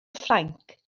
ffrainc